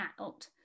out